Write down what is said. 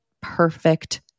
perfect